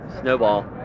snowball